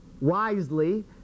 wisely